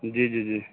جی جی جی